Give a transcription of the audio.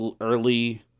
early